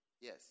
Yes